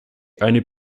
only